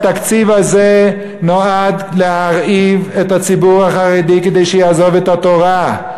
התקציב הזה נועד להרעיב את הציבור החרדי כדי שיעזוב את התורה.